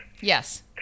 Yes